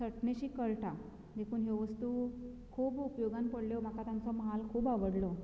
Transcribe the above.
चटनीशी कळटा देखून ह्यो वस्तू खूब उपयोगाक पडल्यो म्हाका तांचो म्हाल खूब आवडलो